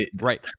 right